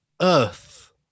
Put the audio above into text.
Earth